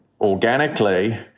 organically